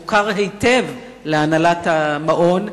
מוכר היטב להנהלת המעון.